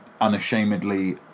unashamedly